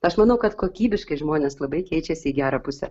aš manau kad kokybiškai žmonės labai keičiasi į gerą pusę